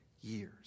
years